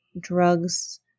drugs